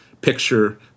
picture